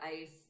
ice